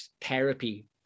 therapy